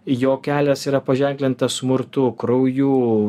jo kelias yra paženklintas smurtu krauju